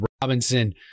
Robinson